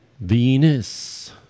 Venus